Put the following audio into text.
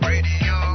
Radio